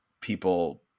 people